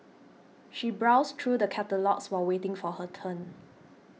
she browsed through the catalogues while waiting for her turn